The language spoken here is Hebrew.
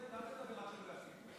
עודד, אל תדבר עד שלא יפסיקו.